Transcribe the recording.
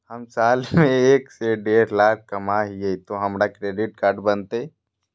हम साल में एक से देढ लाख कमा हिये तो हमरा क्रेडिट कार्ड बनते?